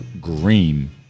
green